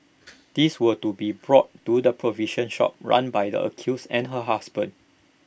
these were to be brought to the provision shop run by the accused and her husband